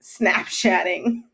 Snapchatting